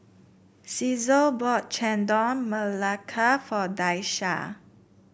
Caesar bought Chendol Melaka for Daisha